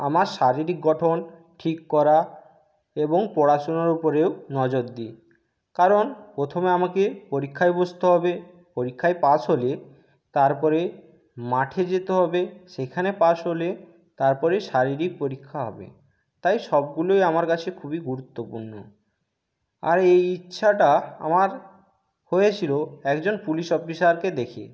আমার শারীরিক গঠন ঠিক করা এবং পড়াশোনার উপরেও নজর দিই কারণ প্রথমে আমাকে পরীক্ষায় বসতে হবে পরীক্ষায় পাশ হলে তারপরে মাঠে যেতে হবে সেইখানে পাশ হলে তারপরে শারীরিক পরীক্ষা হবে তাই সবগুলোই আমার কাছে খুবই গুরুত্বপূর্ণ আর এই ইচ্ছাটা আমার হয়েছিলো একজন পুলিশ অফিসারকে দেখে